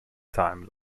time